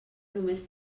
només